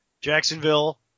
Jacksonville